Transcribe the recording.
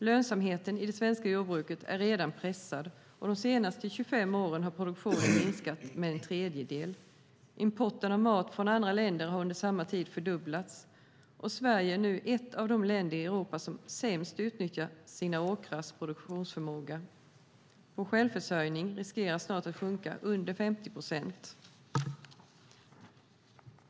Lönsamheten i det svenska jordbruket är redan pressad, och de senaste 25 åren har produktionen minskat med en tredjedel. Importen av mat från andra länder har under samma tid fördubblats, och Sverige är nu ett av de länder i Europa som sämst utnyttjar sina åkrars produktionsförmåga. Vår självförsörjning riskerar snart att sjunka under 50 procent.